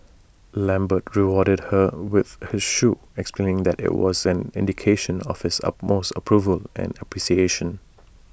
lambert rewarded her with her shoe explaining that IT was an indication of his utmost approval and appreciation